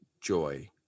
joy